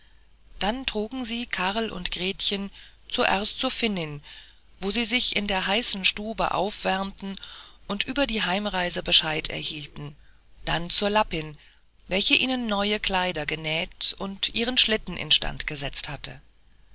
dann trugen sie karl und gretchen erst zur finnin wo sie sich in der heißen stube auswärmten und über die heimreise bescheid erhielten dann zur lappin welche ihnen neue kleider genäht und ihren schlitten in stand gesetzt hatte